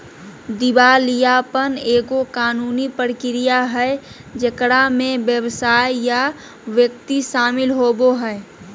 दिवालियापन एगो कानूनी प्रक्रिया हइ जेकरा में व्यवसाय या व्यक्ति शामिल होवो हइ